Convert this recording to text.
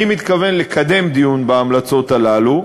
אני מתכוון לקדם דיון בהמלצות האלה,